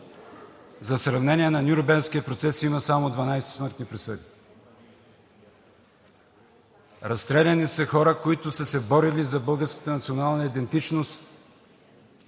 за сравнение, на Нюрнбергския процес има само 12 смъртни присъди; разстреляни са хора, които са се борили за българската национална идентичност.